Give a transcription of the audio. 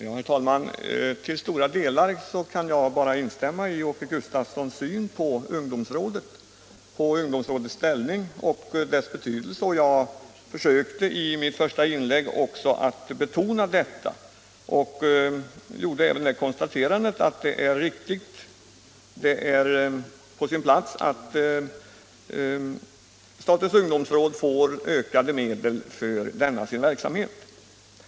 Herr talman! Till stora delar kan jag bara instämma i Åke Gustavssons syn på ungdomsrådets ställning och betydelse. I mitt första inlägg försökte jag också betona detta. Jag konstaterade även att det är riktigt och på sin plats att statens ungdomsråd får ökade medel till sin verksamhet.